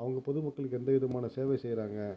அவங்க பொது மக்களுக்கு எந்த விதமான சேவை செய்யறாங்க